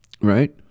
Right